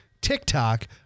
TikTok